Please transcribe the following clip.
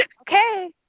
Okay